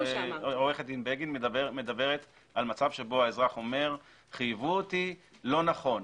עו"ד בגין מדברת על מצב שבו האזרח אומר: חייבו אותי לא נכון.